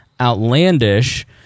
outlandish